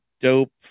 Dope